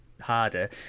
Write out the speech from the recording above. harder